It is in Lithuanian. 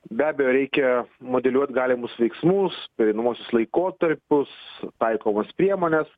be abejo reikia modeliuot galimus veiksmus pereinamuosius laikotarpius taikomas priemones